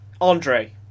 Andre